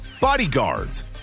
Bodyguards